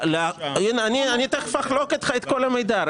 אני תכף אחלוק איתך את כל המידע.